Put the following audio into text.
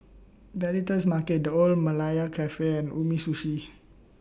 The Editor's Market The Old Malaya Cafe and Umisushi